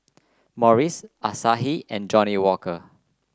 Morries Asahi and Johnnie Walker